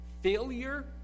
Failure